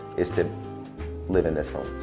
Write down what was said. is to live in this home